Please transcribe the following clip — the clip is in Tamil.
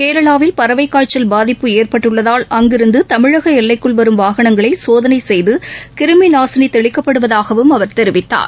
கேரளாவில் பறவைக்காய்ச்சல் பாதிப்பு ஏற்பட்டுள்ளதால் அங்கிருந்து தமிழக எல்லைக்குள் வரும் வாகனங்களை சோதனை செய்து கிருமி நாசினி தெளிக்கப்படுவதாகவும் அவர் தெரிவித்தார்